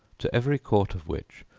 to every quart of which,